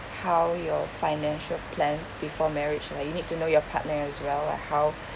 how your financial plans before marriage like you need to know your partner as well like how